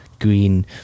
green